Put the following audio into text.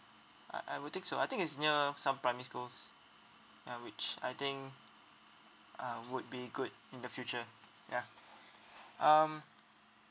I I would think so I think it's near some primary schools ya which I think ah would be good in the future ya um